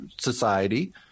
society